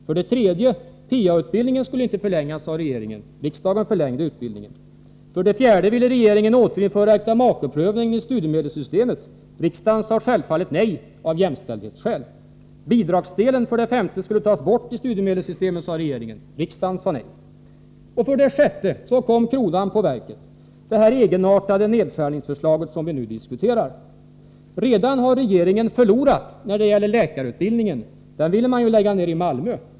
För det tredje: PA-utbildningen skulle inte förlängas av regeringen. Riksdagen förlängde utbildningen. För det fjärde ville regeringen återinföra äktamakeprövningen i studiemedelssystemet. Riksdagen sade självfallet nej av jämställdhetsskäl. För det femte skulle bidragsdelen tas bort i studiemedelssystemet av regeringen. Riksdagen sade nej. För det sjätte: Kronan på verket blev sedan det egenartade nedskärningsförslag som vi nu diskuterar. Redan har regeringen förlorat när det gäller läkarutbildningen. Den utbildningen ville man ju lägga ner i Malmö.